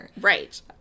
Right